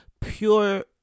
pure